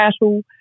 cattle